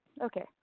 Okay